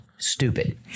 Stupid